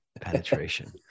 Penetration